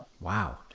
Wow